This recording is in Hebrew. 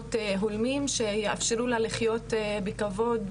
פתרונות הולמים שיאפשרו לה לחיות בכבוד,